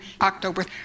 October